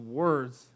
words